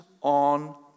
on